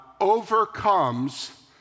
overcomes